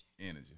Energy